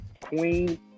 Queen